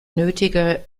nötige